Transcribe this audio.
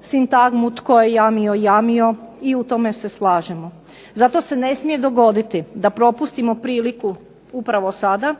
sintagmu "tko je jamio, jamio" i u tome se slažemo. Zato se ne smije dogoditi da propustimo priliku upravo sada,